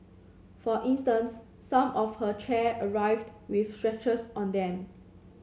for instance some of her chair arrived with scratches on them